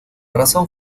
razón